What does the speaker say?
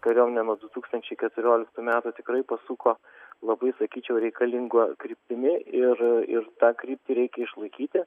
kariuomenė nuo du tūkstančiai keturioliktų metų tikrai pasuko labai sakyčiau reikalingo kryptimi ir ir tą kryptį reikia išlaikyti